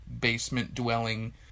basement-dwelling